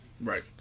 Right